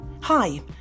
Hi